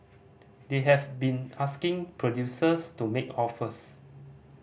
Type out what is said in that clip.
they have been asking producers to make offers